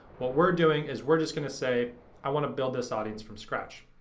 what we're doing is we're just gonna say i wanna build this audience from scratch.